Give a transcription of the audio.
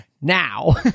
Now